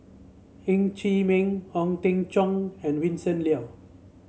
Ng Chee Meng Ong Teng Cheong and Vincent Leow